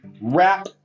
wrap